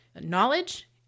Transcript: knowledge